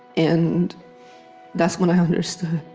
and that's when i understood,